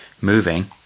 moving